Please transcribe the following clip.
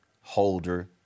Holder